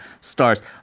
stars